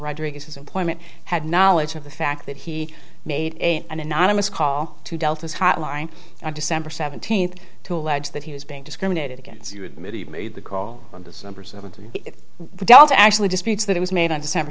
rodriguez his employment had knowledge of the fact that he made an anonymous call to delta's hotline on december seventeenth to allege that he was being discriminated against you admit he made the call on december seventeenth the delta actually disputes that it was made on december